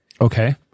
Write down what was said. Okay